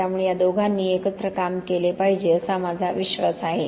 त्यामुळे या दोघांनी एकत्र काम केले पाहिजे असा माझा विश्वास आहे